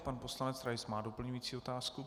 Pan poslanec Rais má doplňující otázku.